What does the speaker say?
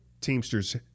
Teamsters